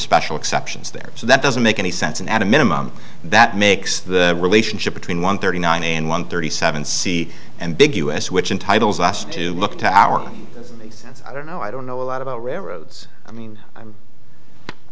special exceptions there so that doesn't make any sense and at a minimum that makes the relationship between one thirty nine and one thirty seven c and big us which in titles us to look to our i don't know i don't know about railroads i mean i'm i